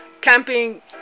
camping